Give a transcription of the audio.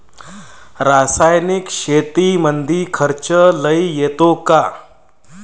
रासायनिक शेतीमंदी खर्च लई येतो का?